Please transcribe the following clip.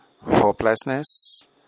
Hopelessness